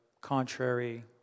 contrary